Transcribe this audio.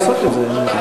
אין לי מה לעשות עם זה.